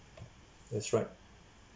that's right